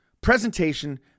presentation